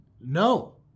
no